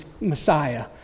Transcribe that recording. Messiah